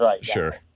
sure